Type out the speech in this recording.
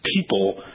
people